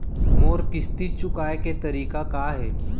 मोर किस्ती चुकोय के तारीक का हे?